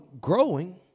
growing